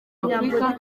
afurika